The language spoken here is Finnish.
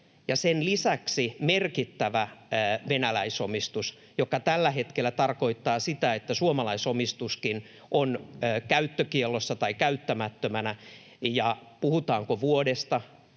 sen lisäksi merkittävä venäläisomistus, mikä tällä hetkellä tarkoittaa sitä, että suomalaisomistuskin on käyttökiellossa tai käyttämättömänä. Puhutaanko vuodesta,